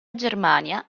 germania